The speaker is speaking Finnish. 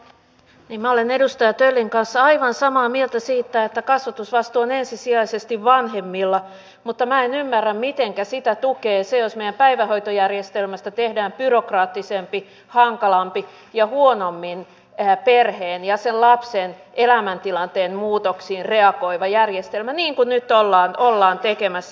minä olen edustaja töllin kanssa aivan samaa mieltä siitä että kasvatusvastuu on ensisijaisesti vanhemmilla mutta minä en ymmärrä mitenkä sitä tukee se jos meidän päivähoitojärjestelmästä tehdään byrokraattisempi hankalampi ja huonommin perheen ja sen lapsen elämäntilanteen muutoksiin reagoiva järjestelmä niin kuin nyt ollaan tekemässä